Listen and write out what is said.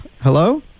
Hello